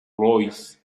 louis